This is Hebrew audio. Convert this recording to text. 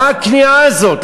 מה הכניעה הזאת?